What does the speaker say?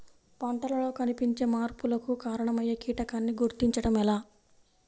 పంటలలో కనిపించే మార్పులకు కారణమయ్యే కీటకాన్ని గుర్తుంచటం ఎలా?